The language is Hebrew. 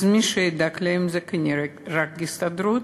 אז מי שידקלם זה כנראה רק ההסתדרות.